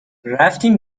رفتیم